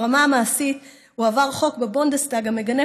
ברמה המעשית הועבר חוק בבונדסטאג המגנה